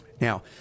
Now